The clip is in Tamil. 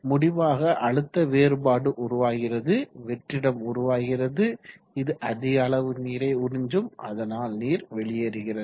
முடிவாக அழுத்த வேறுபாடு உருவாகிறது வெற்றிடம் உருவாகிறது இது அதிக அளவு நீரை உறிஞ்சும் அதனால் நீர் வெளியேறுகிறது